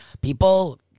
people